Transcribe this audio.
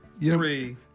three